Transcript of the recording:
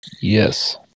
Yes